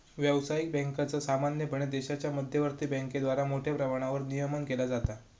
व्यावसायिक बँकांचा सामान्यपणे देशाच्या मध्यवर्ती बँकेद्वारा मोठ्या प्रमाणावर नियमन केला जाता